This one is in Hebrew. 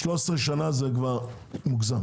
13 שנה זה כבר מוגזם.